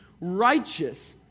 righteous